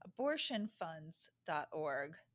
abortionfunds.org